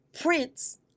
prince